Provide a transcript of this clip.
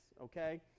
okay